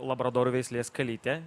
labradorų veislės kalytė